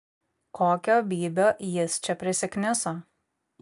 kokio bybio jis čia prisikniso